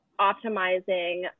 optimizing